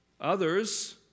Others